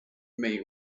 may